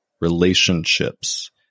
relationships